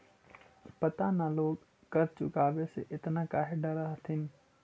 पता न लोग कर चुकावे से एतना काहे डरऽ हथिन